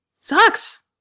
Sucks